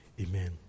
Amen